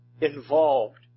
involved